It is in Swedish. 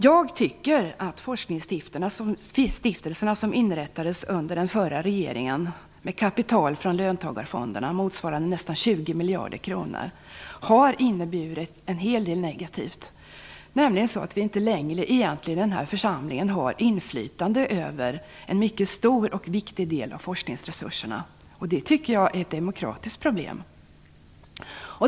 Jag tycker att de forskningsstiftelser som inrättades under den förra regeringen, med kapital från löntagarfonderna motsvarande nästan 20 miljarder kronor, har inneburit en hel del negativt. Vi i den här församlingen har nämligen inte längre inflytande över en mycket stor och viktig del av forskningsresurserna. Jag ser det här som ett demokratiskt problem.